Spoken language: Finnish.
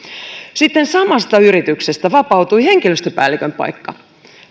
sitten samasta yrityksestä vapautui henkilöstöpäällikön paikka